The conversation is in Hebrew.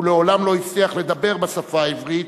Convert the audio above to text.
הוא מעולם לא הצליח לדבר בשפה העברית,